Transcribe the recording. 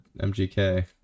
MGK